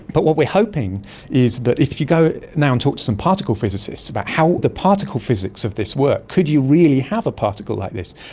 but what we are hoping is that if you go now and talk to some particle physicists about how the particle physics of this work, could you really have a particle like this?